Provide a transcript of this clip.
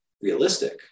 realistic